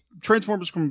transformers